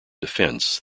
defense